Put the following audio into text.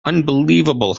unbelievable